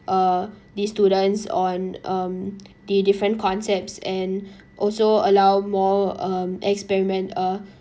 uh these students on um the different concepts and also allow more um experiment uh